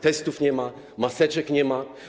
Testów nie ma, maseczek nie ma.